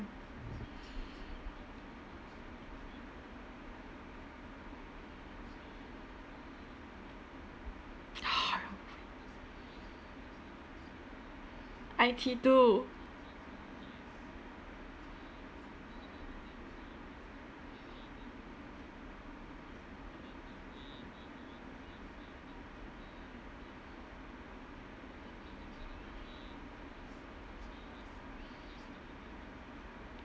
I_T two